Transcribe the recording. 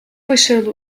başarılı